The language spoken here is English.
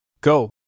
Go